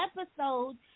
episode